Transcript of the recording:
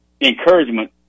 encouragement